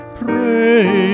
pray